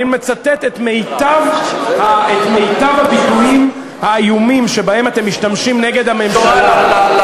אני מצטט את מיטב הביטויים האיומים שבהם אתם משתמשים נגד הממשלה.